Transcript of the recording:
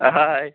आं आं हय